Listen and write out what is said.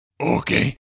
Okay